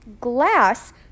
glass